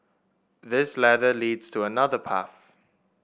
this ladder leads to another path